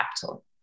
capital